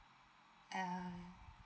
ah